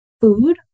food